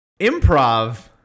improv